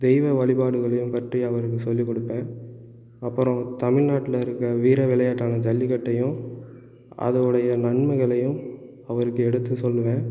தெய்வ வழிபாடுகளையும் பற்றி அவருக்கு சொல்லி கொடுப்பேன் அப்புறம் தமிழ்நாட்டில் இருக்கற வீர விளையாட்டான ஜல்லிக்கட்டையும் அதோடைய நன்மைகளையும் அவருக்கு எடுத்து சொல்லுவேன்